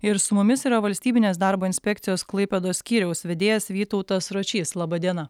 ir su mumis yra valstybinės darbo inspekcijos klaipėdos skyriaus vedėjas vytautas ročys laba diena